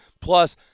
Plus